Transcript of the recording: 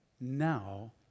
now